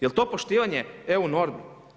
Jel' to poštivanje EU normi?